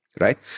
Right